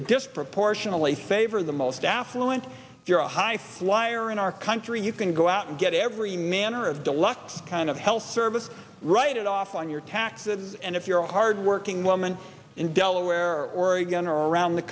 disproportionally favor the most affluent if you're a high flyer in our country you can go out and get every manner of deluxe kind of health service right off on your taxes and if you're a hard working woman in delaware or oregon or around the